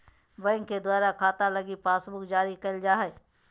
bank के द्वारा खाता लगी पासबुक जारी करल जा हय